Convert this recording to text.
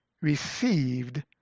received